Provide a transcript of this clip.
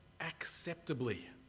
acceptably